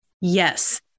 Yes